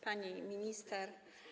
Pani Minister!